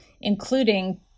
including